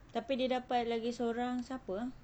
tapi dia dapat lagi sorang siapa ah